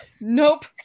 Nope